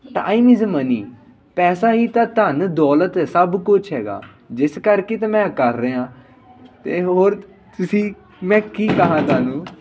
time is money ਪੈਸਾ ਹੀ ਤਾਂ ਧਨ ਦੌਲਤ ਸਭ ਕੁਛ ਹੈਗਾ ਜਿਸ ਕਰਕੇ ਤਾਂ ਮੈਂ ਆਹ ਕਰ ਰਿਹਾ ਅਤੇ ਹੋਰ ਤੁਸੀਂ ਮੈਂ ਕੀ ਕਹਾਂ ਤੁਹਾਨੂੰ